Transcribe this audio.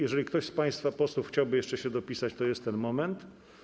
Jeśli ktoś z państwa posłów chciałby jeszcze się dopisać do listy, to jest ten moment.